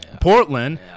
Portland